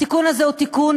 התיקון הזה הוא תיקון